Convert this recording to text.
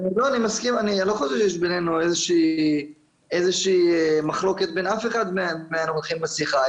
אני לא חושב שיש איזושהי מחלוקת בין אף אחד מהנוכחים בשיחה.